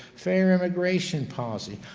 fair immigration policy.